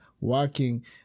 working